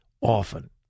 often